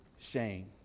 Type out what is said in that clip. shame